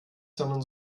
sondern